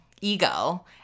ego